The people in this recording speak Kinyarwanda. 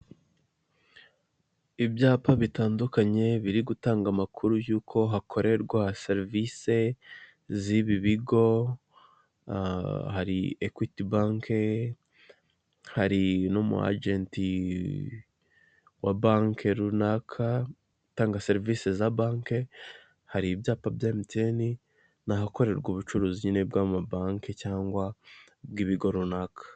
Ibyapa bitandukanye biri gutanga amakuru yuko hakorerwa serivise z'ibi bigo, hari ekwiti banke, hari n'umuajenti wa banke runaka utanga serivise za banke, hari ibyapa bya mtn. Ni ahakorerwa ubucuruzi bw'amabanke cyangwa bw'ibigo runaka.